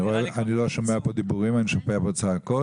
לא שומע כאן דיבורים אלא אני שומע צעקות.